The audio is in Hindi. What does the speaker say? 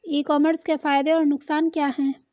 ई कॉमर्स के फायदे और नुकसान क्या हैं?